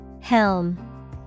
Helm